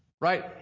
right